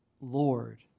Lord